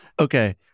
okay